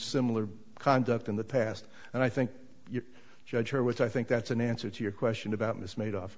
similar conduct in the past and i think you judge her which i think that's an answer to your question about this made of